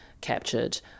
captured